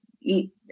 eat